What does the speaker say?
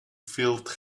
filled